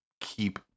keep